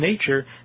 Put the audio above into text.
nature